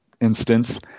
instance